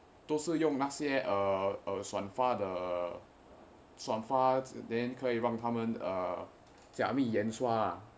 都是用那些呃呃转发呃转发:dou shi yong nei xie eai eai zhuan fa eai zhuan fa then 可以帮他们假蜜演出啊